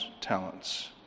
talents